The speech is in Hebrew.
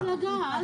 אני מייצגת מפלגה.